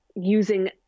using